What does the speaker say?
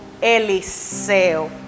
Eliseo